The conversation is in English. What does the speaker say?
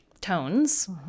tones